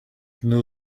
know